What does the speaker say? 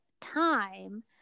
time